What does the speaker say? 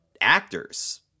actors